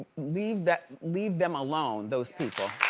leave that, leave them alone, those people.